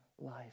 life